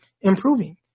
improving